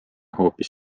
hoopis